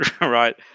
Right